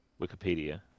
Wikipedia